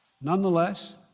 Nonetheless